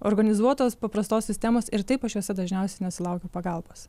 organizuotos paprastos sistemos ir taip aš juose dažniausiai nesulaukiu pagalbos